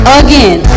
again